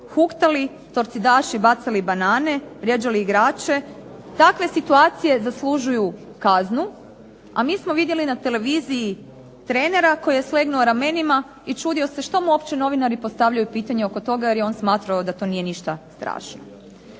huktali, torcidaši bacali banane, vrijeđali igrače. Takve situacije zaslužuju kaznu, a mi smo vidjeli na televiziji trenera koji je slegnuo ramenima i čudio se što mu uopće novinari postavljaju pitanje oko toga jer je on smatrao da to nije ništa strašno.